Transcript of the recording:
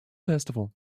festival